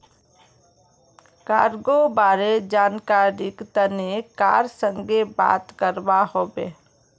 cargo बारे जानकरीर तने कार संगे बात करवा हबे